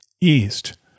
East